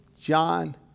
John